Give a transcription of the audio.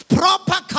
proper